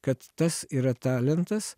kad tas yra talentas